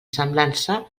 semblança